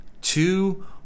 two